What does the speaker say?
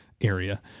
area